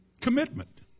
Commitment